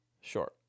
Sure